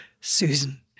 Susan